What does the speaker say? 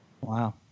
Wow